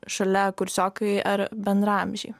šalia kursiokai ar bendraamžiai